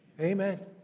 Amen